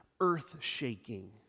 earth-shaking